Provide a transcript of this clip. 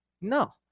No